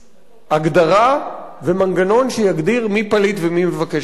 הגדרה ומנגנון שיגדיר מי פליט ומי מבקש מקלט.